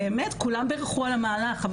באמת כולם בירכו על המהלך,